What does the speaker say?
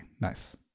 nice